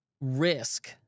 risk